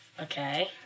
Okay